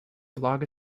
blog